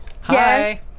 Hi